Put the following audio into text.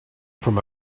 from